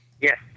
Yes